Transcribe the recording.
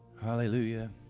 Hallelujah